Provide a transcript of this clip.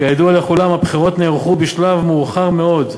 כידוע לכולם, הבחירות נערכו בשלב מאוחר מאוד,